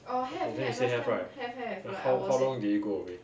that time you say have right then how how long did it go away